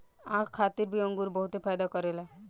आँख खातिर भी अंगूर बहुते फायदा करेला